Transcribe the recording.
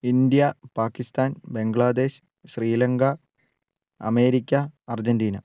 India Pakistan Bangladesh Sri Lanka America Argentina